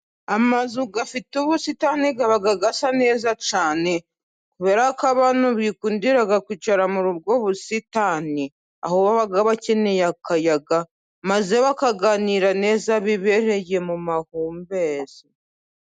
Amazu afite ubusitani aba asa neza cyane kuberako abantu bikundira kwicara muri ubwo busitani ,aho baba bakeneye akayaga, maze bakaganira neza bibereye mu mahumbezi.